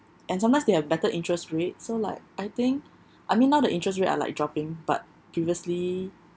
and sometimes they have better interest rate so like I think I mean now the interest rate are like dropping but previously